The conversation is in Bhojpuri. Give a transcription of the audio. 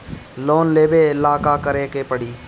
लोन लेबे ला का करे के पड़ी?